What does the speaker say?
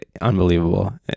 Unbelievable